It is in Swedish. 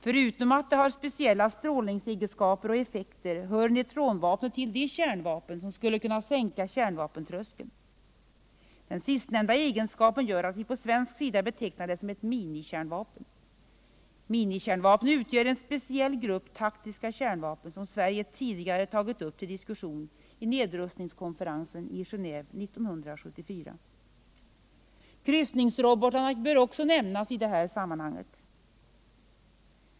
Förutom att neutronvapnet har speciella strålningsegenskaper och effekter hör det till de kärnvapen som skulle kunna sänka kärnvapentröskeln. Den sistnämnda egenskapen gör att vi på svensk sida betecknar det som ett minikärnvapen. Minikiärnvapnen utgör en speciell grupp taktiska kärnvapen. som Sverige tidigare tagit upp till diskussion vid nedrustningskonferensen i Geneve 1974. Kryssningsrobotarna bör också nämnas i det här sammanhanget.